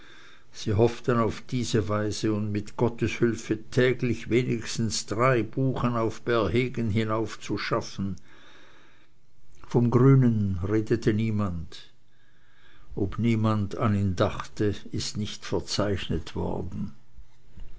sie hofften auf diese weise und mit gottes hülfe täglich wenigstens drei buchen auf bärhegen hinauf zu schaffen vom grünen redete niemand ob niemand an ihn dachte ist nicht verzeichnet worden